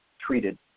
treated